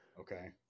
Okay